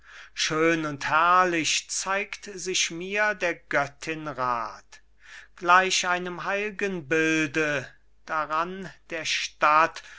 schön und herrlich zeigt sich mir der göttin rath gleich einem heil'gen bilde daran der stadt